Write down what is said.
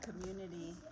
community